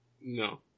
No